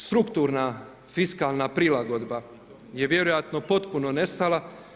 Strukturna fiskalna prilagodba je vjerojatno potpuno nestala.